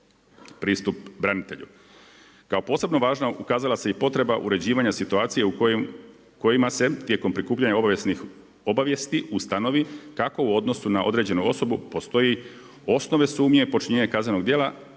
pristup branitelju. Kao posebno važna ukazala se i potreba uređivanje situacije u kojima se tijekom prikupljanja obavijesnih obavijesti ustanovi kako u odnosu na određenu osobu postoji osnove sumnje počinjenja kaznenog djela